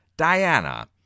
Diana